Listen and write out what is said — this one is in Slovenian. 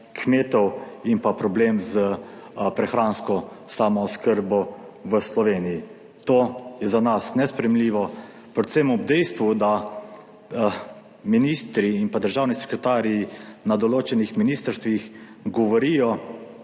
kmetov in pa problem s prehransko samooskrbo v Sloveniji. To je za nas nesprejemljivo, predvsem ob dejstvu, da ministri in državni sekretarji na določenih ministrstvih govorijo,